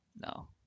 No